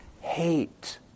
hate